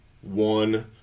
One